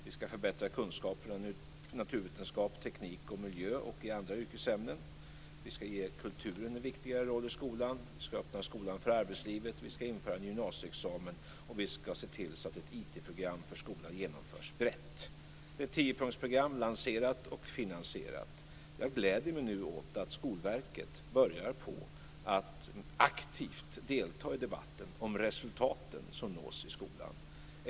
Vi ska förbättra kunskaperna i naturvetenskap, teknik och miljö och i andra yrkesämnen. Vi ska ge kulturen en viktigare roll i skolan. Vi ska öppna skolan för arbetslivet. Vi ska införa gymnasiexamen, och vi ska se till att ett IT-program för skolan genomförs brett. Det är ett tiopunktersprogram, lanserat och finansierat. Jag gläder mig nu åt att Skolverket börjar att aktivt delta i debatten om resultaten som nås i skolan.